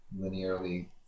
linearly